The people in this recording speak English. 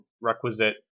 requisite